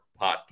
podcast